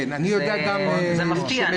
וזה מפתיע,